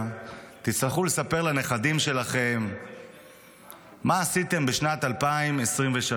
תצטרכו לספר לנכדים שלכם מה עשיתם בשנת 2023,